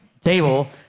table